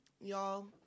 Y'all